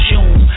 June